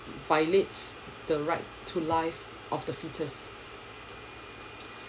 violates the right to life of the fetus